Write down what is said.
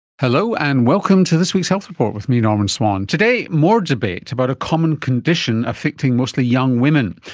hello, and welcome to this week's health report with me, norman swan. today, more debate about a common condition affecting mostly young women.